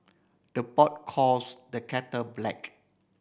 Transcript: the pot calls the kettle black